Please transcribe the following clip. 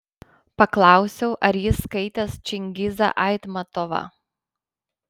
paklausiau ar jis skaitęs čingizą aitmatovą